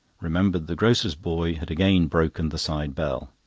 remembered the grocer's boy had again broken the side-bell.